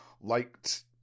liked